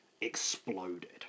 exploded